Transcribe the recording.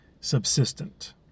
subsistent